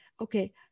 okay